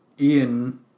Ian